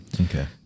Okay